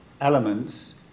elements